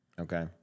Okay